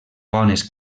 bones